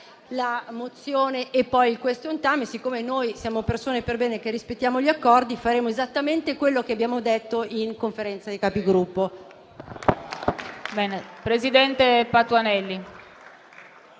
la mozione e poi con il *question time*. Siccome siamo persone per bene e rispettiamo gli accordi, faremo esattamente quello che abbiamo detto in Conferenza dei Capigruppo.